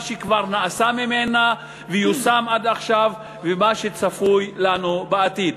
מה שכבר נעשה ממנה ויושם עד עכשיו ומה שצפוי לנו בעתיד.